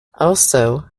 also